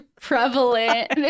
prevalent